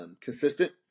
Consistent